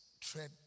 tread